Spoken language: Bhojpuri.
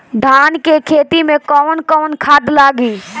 धान के खेती में कवन कवन खाद लागी?